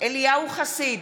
אליהו חסיד,